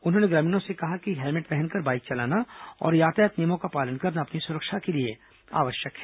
उन्होंने ग्रामीणों से कहा कि हेलमेट पहनकर बाईक चलाना और यातायात नियमों का पालन करना अपनी सुरक्षा के लिए आवश्यक है